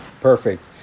Perfect